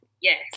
yes